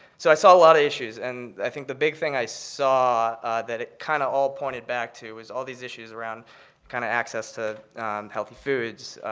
so i saw a lot of issues. and i think the big thing i saw that it kind of all pointed back to was all these issuing around kind of access to healthy foods,